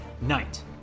night